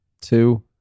two